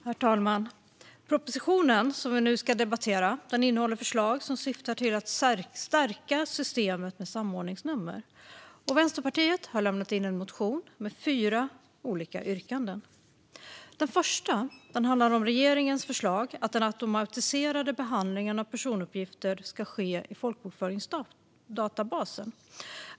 Herr talman! Den proposition vi nu ska debattera innehåller förslag som syftar till att stärka systemet med samordningsnummer. Vänsterpartiet har lämnat in en motion med fyra olika yrkanden. Det första handlar om regeringens förslag om att den automatiserade behandlingen av personuppgifter ska ske i folkbokföringsdatabasen.